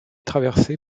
traversée